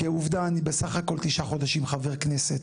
כעובדה אני בסך הכול תשעה חודשים חבר כנסת.